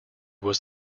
was